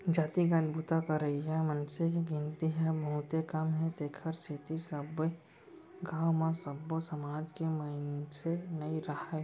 जातिगत बूता करइया मनसे के गिनती ह बहुते कम हे तेखर सेती सब्बे गाँव म सब्बो समाज के मनसे नइ राहय